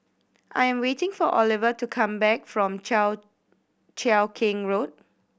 I'm waiting for Ovila to come back from Cheow Cheow Keng Road